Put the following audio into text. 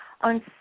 on